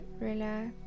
relax